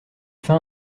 fin